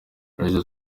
prezida